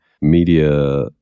media